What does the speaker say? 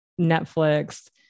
Netflix